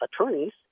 attorneys